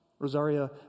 Rosaria